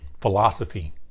philosophy